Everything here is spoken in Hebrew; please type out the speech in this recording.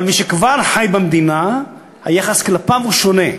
אבל מי שכבר חי במדינה, היחס כלפיו הוא שונה.